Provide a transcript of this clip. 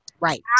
right